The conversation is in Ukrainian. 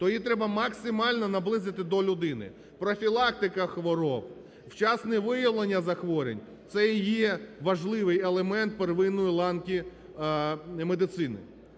то її треба максимально наблизити до людини, профілактика хвороб, вчасне виявлення захворювань – це і є важливий елемент первинної ланки медицини.